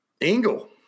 Engel